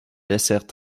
laissèrent